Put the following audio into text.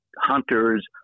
hunters